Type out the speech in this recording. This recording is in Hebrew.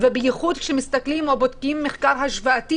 ובייחוד כשמסתכלים או בודקים מחקר השוואתי